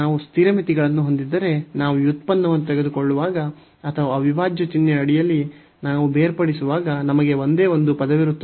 ನಾವು ಸ್ಥಿರ ಮಿತಿಗಳನ್ನು ಹೊಂದಿದ್ದರೆ ನಾವು ವ್ಯುತ್ಪನ್ನವನ್ನು ತೆಗೆದುಕೊಳ್ಳುವಾಗ ಅಥವಾ ಅವಿಭಾಜ್ಯ ಚಿಹ್ನೆಯ ಅಡಿಯಲ್ಲಿ ನಾವು ಬೇರ್ಪಡಿಸುವಾಗ ನಮಗೆ ಒಂದೇ ಒಂದು ಪದವಿರುತ್ತದೆ